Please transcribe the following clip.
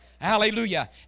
Hallelujah